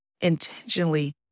intentionally